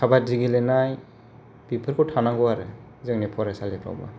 खाबादि गेलेनाय बेफोरखौ थानांगौ आरो जोंनि फरायसालिफ्रावबो